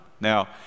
now